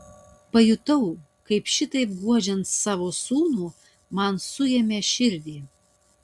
pajutau kaip šitaip guodžiant savo sūnų man suėmė širdį